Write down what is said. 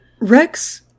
Rex